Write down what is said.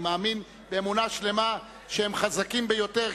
אני מאמין באמונה שלמה שהם חזקים ביותר,